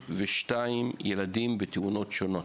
22 ילדים בתאונות שונות.